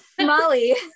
molly